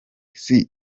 see